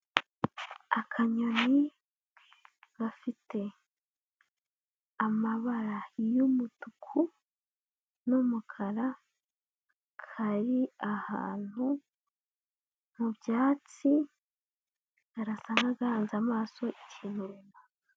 Akanyoni gafite amabara y'umutuku n'umukara kari ahantu mu byatsi, karasa n'agahanze amaso ikintu.